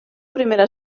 primera